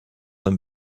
him